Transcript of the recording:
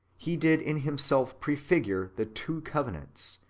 he did in himself prefigure the two covenants,